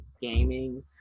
gaming